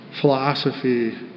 philosophy